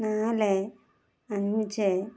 നാല് അഞ്ച്